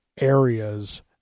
areas